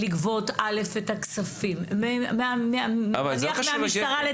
לגבות את הכספים מהמשטרה,